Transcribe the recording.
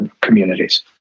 communities